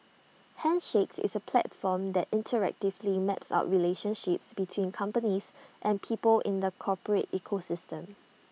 handshakes is A platform that interactively maps out relationships between companies and people in the corporate ecosystem